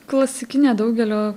klasikinė daugelio